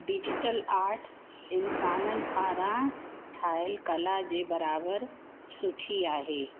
digital art इन्साननि पारां ठहियल कला जे बराबरि सुठी आहे